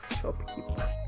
shopkeeper